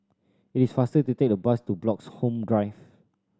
it is faster to take the bus to Bloxhome Drive